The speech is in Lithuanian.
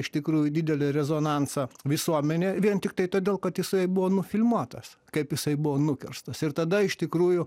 iš tikrųjų didelį rezonansą visuomenėj vien tiktai todėl kad jisai buvo nufilmuotas kaip jisai buvo nukirstas ir tada iš tikrųjų